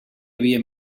havia